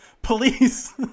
police